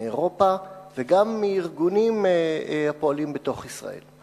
מאירופה וגם מארגונים הפועלים בתוך ישראל.